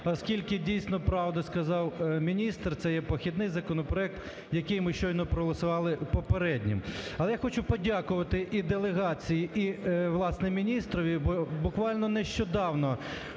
оскільки дійсно правду сказав міністр, це є похідний законопроект, який ми щойно проголосували попереднім. Але я хочу подякувати і делегації і, власне, міністрові. Бо буквально нещодавно